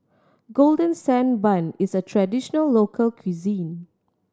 Golden Sand Bun is a traditional local cuisine